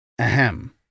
Ahem